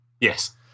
Yes